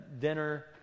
dinner